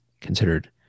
considered